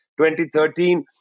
2013